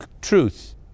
truth